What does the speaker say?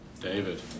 David